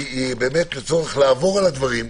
היא צורך לעבור על הדברים.